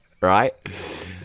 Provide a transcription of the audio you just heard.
right